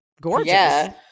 gorgeous